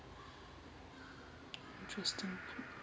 interesting